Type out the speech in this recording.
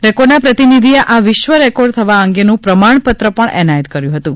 રેકોર્ડના પ્રતિનિધિએ આ વિશ્વ રેકોર્ડ થવા અંગેનું પ્રમાણપત્ર પણ એનાયત કર્યું હતું